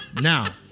Now